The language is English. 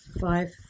five